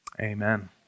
Amen